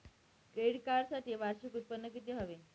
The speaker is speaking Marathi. क्रेडिट कार्डसाठी वार्षिक उत्त्पन्न किती हवे?